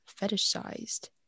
fetishized